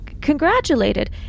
congratulated